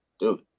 dude